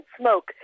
smoke